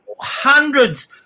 hundreds